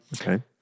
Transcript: okay